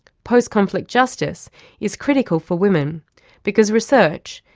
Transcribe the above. post-conflict justice is critical for women because research,